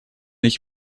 ich